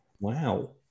Wow